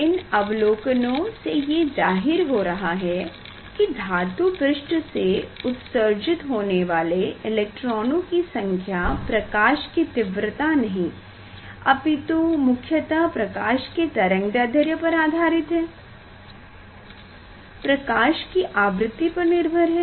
इन अवलोकनों से ये जाहिर हो रहा है की धातु पृष्ठ से उत्सर्जित होने वाले इलेक्ट्रोनों की संख्या प्रकाश की तीव्रता नहीं अपितु मुख्यतः प्रकाश के तरंगदैध्र्य पर आधारित है प्रकाश की आवृति पर निर्भर है